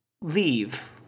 leave